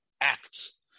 acts